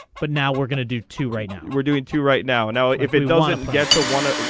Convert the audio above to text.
but now we're gonna do to right now we're doing two right now no if it does. get to want to.